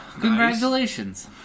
Congratulations